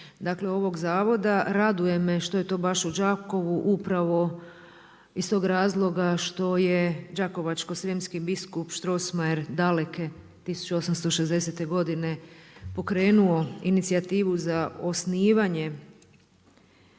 vijeća ovog zavoda. Raduje me što je to u Đakovu upravo iz tog razloga što je đakovačko-srijemski biskup Strossmayer daleke 1860. godine pokrenuo inicijativu za osnivanje